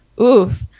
Oof